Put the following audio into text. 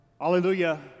Hallelujah